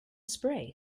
spray